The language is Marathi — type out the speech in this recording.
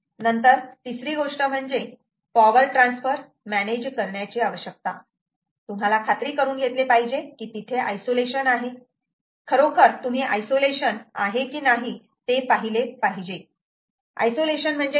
नंतर तिसरी गोष्ट म्हणजे पावर ट्रान्सफर मॅनेज करण्याची आवश्यकता तुम्हाला खात्री करून घेतले पाहिजे की तिथे आयसोलेशन आहे खरोखर तुम्ही आयसोलेशन आहे की नाही ते पाहिले पाहिजे आयसोलेशन म्हणजे काय